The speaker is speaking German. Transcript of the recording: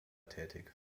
tätig